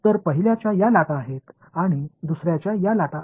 तर पहिल्याच्या या लाटा आहेत आणि दुसर्याच्या या लाटा आहेत